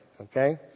Okay